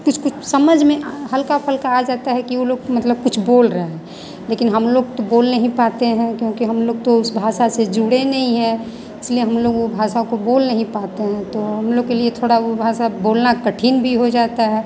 कुछ कुछ समझ में हल्का फलका आ जाता है कि वह लोग मतलब कुछ बोल रहे हैं लेकिन हम लोग तो बोल नहीं पाते हैं लयोंकी हम लोग उस भाषा से जुड़े नहीं हैं इसलिए हम लोग वह भाषा को बोल नहीं पाते हैं तो हम लोगों के लिए वह भाषा बोलना कठिन भी हो जाता है